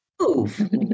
Move